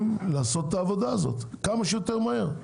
לעשות את העבודה הזאת כמה שיותר מהר.